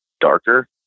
darker